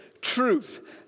truth